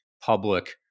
public